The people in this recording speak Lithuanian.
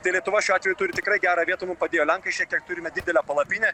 tai lietuva šiuo atveju turi tikrai gerą vietą mum padėjo lenkai šiek tiek turime didelę palapinę